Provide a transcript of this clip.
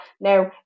now